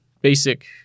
basic